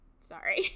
Sorry